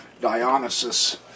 Dionysus